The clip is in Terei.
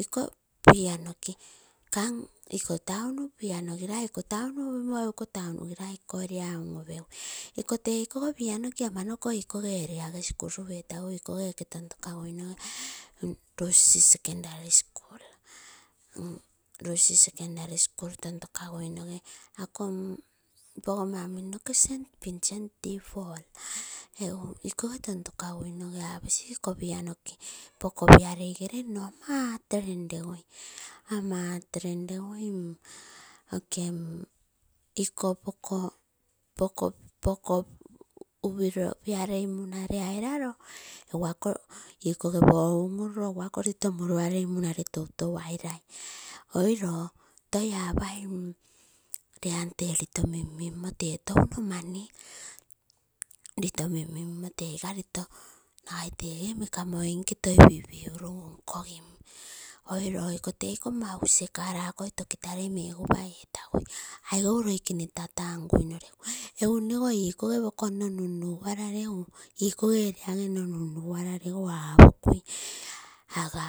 Iko pianoki kam iko town upimo egu iko taun nugilai iko oria un upegui iko tee ikogo planoki amanoko igikoge oriage un urugui, iko oke ton tokaguinogo lusis secondary school. Lusis secondary school ton tokagui noge ako pogoma min noke saint vincent t paul ikoge tontokaguino aposi iko pianoki poko pialei gere nno ama hard lenlengui. Ama hard banlengui iko pokoo upiloi pialei munale airalo ogu ako igikoke un urulo egu aiko lito murualei mana mulualei toi tou ailai. Oiro toi opai lee antee lito mino tee town mani. Lito min mm tee igarito nagai tege mekamui nke toi pipiguruga nkogim, iko tei koo ama ugusiee car akoi tokitai megupa etogui, agou loi kere tata nguino legu, egu nnego igikoge poko nno nun nugala lepu oriage nno nun nunguara apolau aga